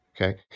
Okay